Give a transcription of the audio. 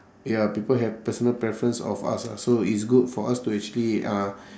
ya people have personal preference of us lah so it's good for us to actually uh